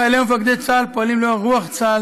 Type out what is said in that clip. חיילי ומפקדי צה"ל פועלים לאור רוח צה"ל,